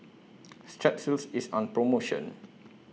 Strepsils IS on promotion